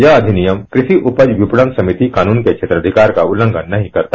यह अधिनियम कृषि उपज विपणन समिति कानून के क्षेत्राधिकार का उल्लंघन नहीं करता